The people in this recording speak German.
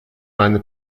meine